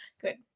Good